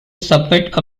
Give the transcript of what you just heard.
submit